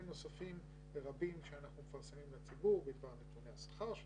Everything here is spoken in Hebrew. נוספים ורבים שאנחנו מפרסמים לציבור בדבר נתוני השכר של